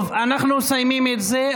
אנחנו מסיימים את זה.